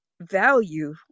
value